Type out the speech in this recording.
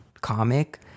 comic